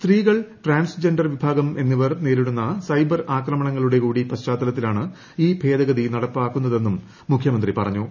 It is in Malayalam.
സ്ത്രീകൾ ട്രാൻസ്ജെൻഡർ വിഭാഗം എന്നിവർ നേരിടുന്ന സൈബർ ആക്രമണങ്ങളുടെ കൂടി പശ്ചാത്തലത്തിലാണ് ഈ ഭേദഗതി നടപ്പാക്കുന്നതെന്നും മുഖ്യമന്ത്രി പറഞ്ഞു